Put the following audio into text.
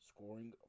Scoring